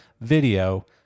video